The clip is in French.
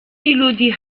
élodie